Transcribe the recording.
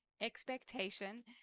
Expectation